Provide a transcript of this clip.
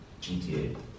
GTA